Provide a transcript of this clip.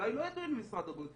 שאולי לא ידועים למשרד הבריאות.